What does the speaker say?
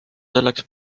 selleks